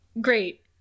great